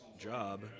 job